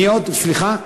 סליחה?